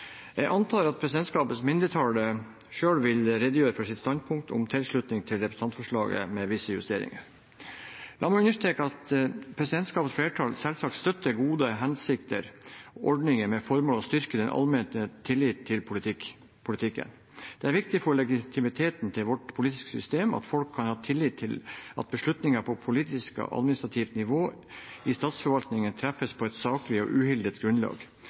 Jeg antar at mindretallet i presidentskapet selv vil redegjøre for sitt standpunkt om tilslutning til representantforslaget, med visse justeringer. La meg understreke at presidentskapets flertall selvsagt støtter gode og hensiktsmessige ordninger, med det formål å styrke den allmenne tilliten til politikken. Det er viktig for legitimiteten til vårt politiske system at folk kan ha tillit til at beslutninger på politisk og administrativt nivå i statsforvaltningen treffes på et saklig og uhildet grunnlag,